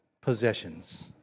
possessions